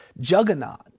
juggernaut